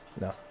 No